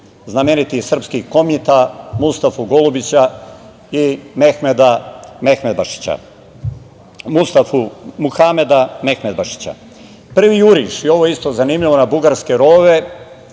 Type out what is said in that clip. znamenitih srpskih komita Mustafu Golubića i Mehmeda Mehmedbašića. Prvi juriš i ovo je isto zanimljivo, na bugarske rovove